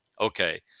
Okay